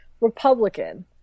Republican